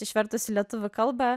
išvertus į lietuvių kalbą